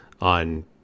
on